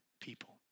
people